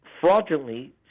fraudulently